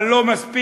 אבל לא מספיק,